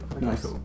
Nice